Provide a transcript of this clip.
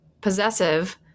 possessive